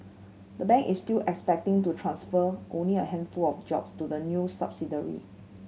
the bank is still expecting to transfer only a handful of jobs to the new subsidiary